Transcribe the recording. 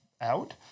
out